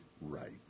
right